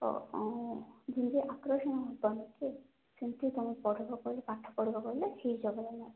ଓ ଯେମିତି ଆକର୍ଷଣ ହେବନି କି ସେମିତି ତୁମେ ପଢ଼ିବ ପାଠ ପଢ଼ିବ ବୋଇଲେ ଠିକ୍ ହେବ